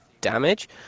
damage